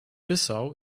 bissau